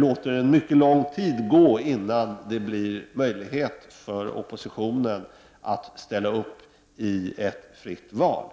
låter mycket lång tid gå innan det blir möjligt för oppositionen att ställa upp i ett fritt val.